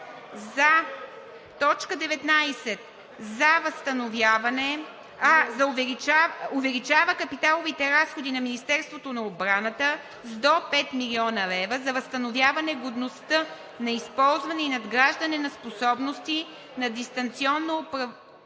което е за т. 19 „Увеличава капиталовите разходи на Министерството на отбраната с до 5 млн. лв. за възстановяване годността на използване и надграждане на способности на дистанционно управляема